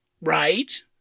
Right